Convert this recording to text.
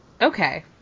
Okay